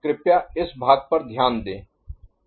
कृपया इस भाग पर ध्यान दें